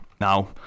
now